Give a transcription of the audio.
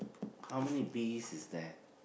how many bees is there